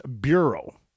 Bureau